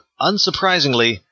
Unsurprisingly